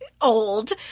old